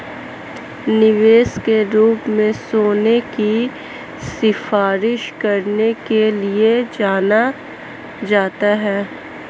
निवेश के रूप में सोने की सिफारिश करने के लिए जाना जाता है